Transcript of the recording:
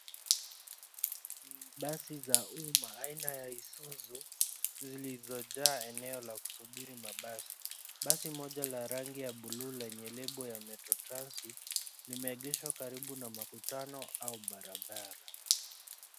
Basi za umma aina ya isuzu zilizojaa eneo la kusubiri mabasi. Basi moja la rangi ya buluu lenye lebo ya Metro-Transit limeegeshwa karibu na makutano au barabara.